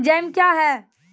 Jam क्या हैं?